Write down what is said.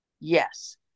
Yes